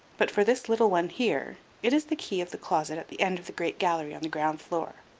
but for this little one here, it is the key of the closet at the end of the great gallery on the ground floor.